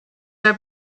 are